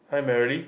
hi Merrily